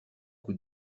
coup